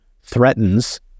threatens